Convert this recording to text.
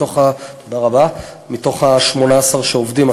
מ-18 שעובדים,